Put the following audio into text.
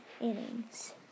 innings